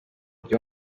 ryo